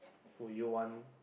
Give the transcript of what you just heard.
would you want